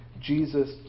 Jesus